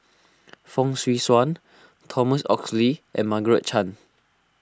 Fong Swee Suan Thomas Oxley and Margaret Chan